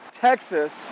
Texas